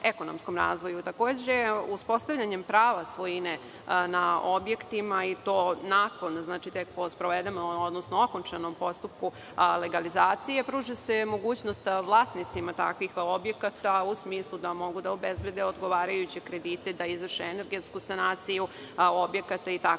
razvoju. Uspostavljanjem prava svojine na objektima i to po sprovedenom, odnosno okončanom postupku legalizacije, pruža se mogućnost vlasnicima takvih objekata u smislu da mogu da obezbede odgovarajuće kredite, da izvrše energetsku sanaciju objekata